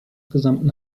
gesamten